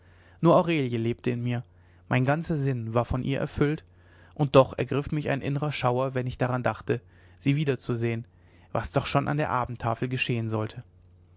nur aurelie lebte in mir mein ganzer sinn war von ihr erfüllt und doch ergriff mich ein innerer schauer wenn ich daran dachte sie wiederzusehen was doch schon an der abendtafel geschehen sollte